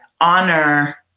honor